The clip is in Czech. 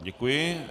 Děkuji.